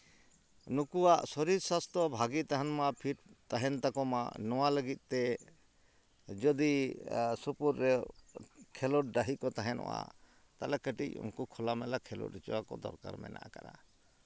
ᱱᱩᱠᱩᱣᱟᱜ ᱥᱚᱨᱤᱨ ᱥᱟᱥᱛᱷᱚ ᱵᱷᱟᱜᱮ ᱛᱟᱦᱮᱱ ᱢᱟ ᱯᱷᱤᱴ ᱛᱟᱦᱮᱱ ᱛᱟᱠᱚ ᱢᱟ ᱱᱚᱣᱟ ᱞᱟᱹᱜᱤᱫ ᱛᱮ ᱡᱚᱫᱤ ᱥᱩᱯᱩᱨ ᱨᱮ ᱠᱷᱮᱞᱳᱰ ᱰᱟᱺᱦᱤ ᱠᱚ ᱛᱟᱦᱮᱱᱚᱜᱼᱟ ᱛᱟᱞᱚᱦᱮ ᱠᱟᱹᱴᱤᱡ ᱩᱱᱠᱩ ᱠᱷᱳᱞᱟᱢᱮᱞᱟ ᱠᱷᱮᱞᱳᱰ ᱦᱚᱪᱚᱣᱟᱠᱚ ᱫᱚᱨᱠᱟᱨ ᱢᱮᱱᱟᱜᱼᱟ ᱟᱠᱟᱫᱼᱟ